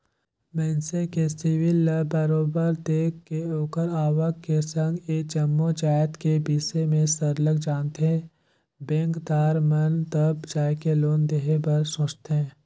मइनसे के सिविल ल बरोबर देख के ओखर आवक के संघ ए जम्मो जाएत के बिसे में सरलग जानथें बेंकदार मन तब जाएके लोन देहे बर सोंचथे